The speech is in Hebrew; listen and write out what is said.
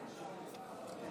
(קורא בשמות חברי